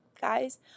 guys